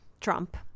Trump